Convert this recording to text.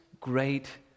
great